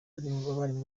abarimu